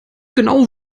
genau